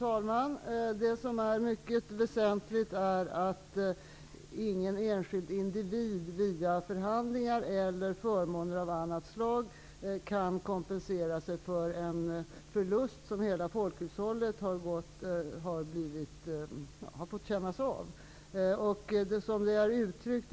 Fru talman! Det väsentliga är att ingen enskild individ via förhandlingar eller förmåner av andra slag kan kompensera sig för en förlust som hela folkhushållet har fått känna av.